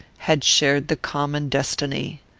had shared the common destiny.